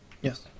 Yes